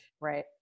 right